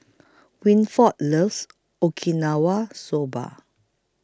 Winford loves Okinawa Soba